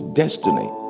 destiny